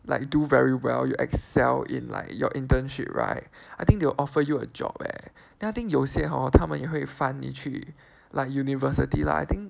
like do very well you excel in like your internship right I think they will offer you a job leh then I think 有些 hor 他们也会 fund 你去 like university lah I think